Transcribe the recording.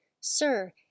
Sir